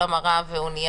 לפי המקל מביניהם".